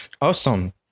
Awesome